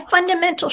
fundamental